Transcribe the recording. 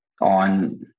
on